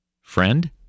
friend